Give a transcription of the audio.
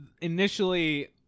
initially